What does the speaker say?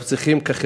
אנחנו צריכים כחברה,